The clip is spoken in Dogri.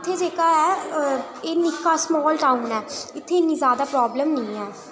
इत्थै जेह्का ऐ एह् निक्का स्माल टाऊन ऐ इत्थै इन्नी जादा प्राब्लम निं ऐ